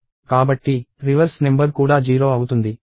కాబట్టి reverse number కూడా 0 అవుతుంది